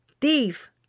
thief